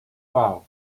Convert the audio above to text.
power